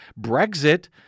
Brexit